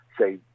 say